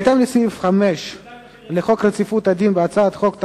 בהתאם לסעיף 5 לחוק רציפות הדיון בהצעות חוק,